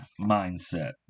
mindset